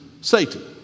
Satan